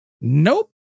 Nope